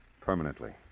Permanently